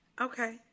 okay